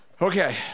Okay